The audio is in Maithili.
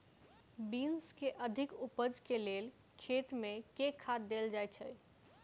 बीन्स केँ अधिक उपज केँ लेल खेत मे केँ खाद देल जाए छैय?